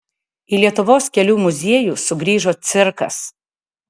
į lietuvos kelių muziejų sugrįžo cirkas